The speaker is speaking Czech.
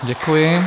Děkuji.